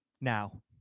now